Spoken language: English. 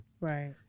Right